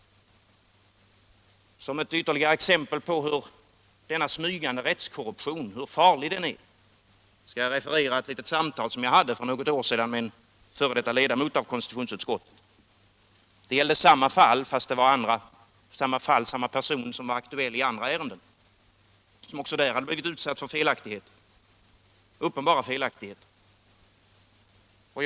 Som ett ytterligare exempel på hur farlig denna smygande rättskorruption är skall jag referera ett samtal som jag hade för något år sedan med en f. d. ledamot av konstitutionsutskottet. Det gällde samma person som i detta fall men ett annat ärende. Han hade också där blivit utsatt för uppenbara felaktigheter.